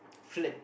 flirt